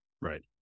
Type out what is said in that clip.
Right